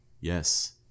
yes